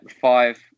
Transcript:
five